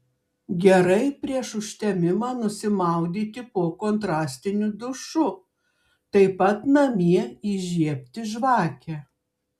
gerai prieš užtemimą nusimaudyti po kontrastiniu dušu taip pat namie įžiebti žvakę